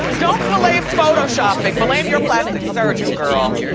don't blame photoshopping, blame your plastic surgeon, girl.